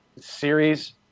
series